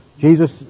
Jesus